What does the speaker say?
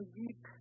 deep